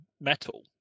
metal